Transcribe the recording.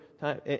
time